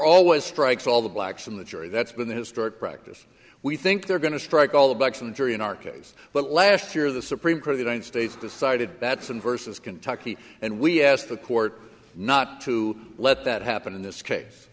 always strikes all the blacks on the jury that's been the historic practice we think they're going to strike all the backs of the jury in our case but last year the supreme court in states decided that some versus kentucky and we asked the court not to let that happen in this case